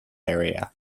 area